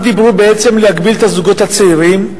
אז דיברו בעצם על להגביל את הזוגות הצעירים,